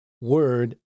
Word